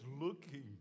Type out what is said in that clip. looking